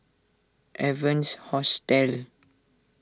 Evans Hostel